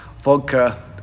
Vodka